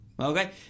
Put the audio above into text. Okay